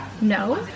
no